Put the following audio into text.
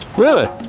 really?